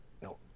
No